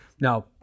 Now